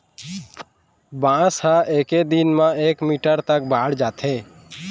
बांस ह एके दिन म एक मीटर तक बाड़ जाथे